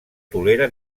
tolera